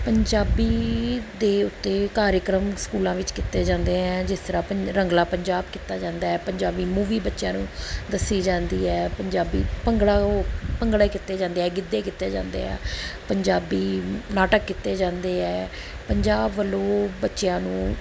ਪੰਜਾਬੀ ਦੇ ਉੱਤੇ ਕਾਰਿਆਕਰਮ ਸਕੂਲਾਂ ਵਿੱਚ ਕੀਤੇ ਜਾਂਦੇ ਹੈ ਜਿਸ ਤਰ੍ਹਾਂ ਰੰਗਲਾ ਪੰਜਾਬ ਕੀਤਾ ਜਾਂਦਾ ਹੈ ਪੰਜਾਬੀ ਮੂਵੀ ਬੱਚਿਆਂ ਨੂੰ ਦੱਸੀ ਜਾਂਦੀ ਹੈ ਪੰਜਾਬੀ ਭੰਗੜਾ ਉਹ ਭੰਗੜਾ ਕੀਤੇ ਜਾਂਦੇ ਹੈ ਗਿੱਧੇ ਕੀਤੇ ਜਾਂਦੇ ਆ ਪੰਜਾਬੀ ਨਾਟਕ ਕੀਤੇ ਜਾਂਦੇ ਹੈ ਪੰਜਾਬ ਵੱਲੋਂ ਬੱਚਿਆਂ ਨੂੰ